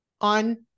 on